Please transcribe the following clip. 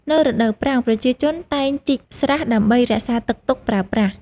នៅរដូវប្រាំង ប្រជាជនតែងជីកស្រះដើម្បីរក្សាទឹកទុកប្រើប្រាស់។